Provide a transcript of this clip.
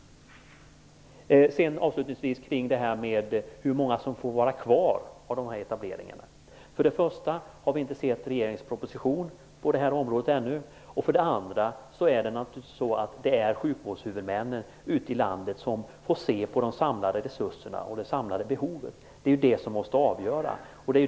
Avslutningsvis när det gäller hur många etableringar som skall få vara kvar har vi för det första ännu inte sett regeringens proposition. För det andra är det naturligtvis sjukvårdshuvudmännen ute i landet som får se på samlade resurserna och det samlade behovet. Det är ju detta som måste avgöra.